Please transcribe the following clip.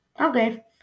Okay